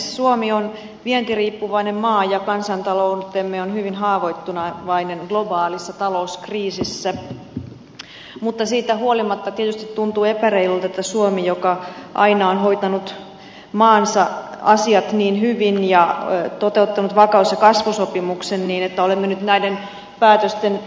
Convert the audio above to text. suomi on vientiriippuvainen maa ja kansantaloutemme on hyvin haavoittuvainen globaalissa talouskriisissä mutta siitä huolimatta tietysti tuntuu epäreilulta kun suomi aina on hoitanut maansa asiat niin hyvin ja toteuttanut vakaus ja kasvusopimuksen että olemme nyt näiden päätösten edessä